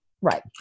right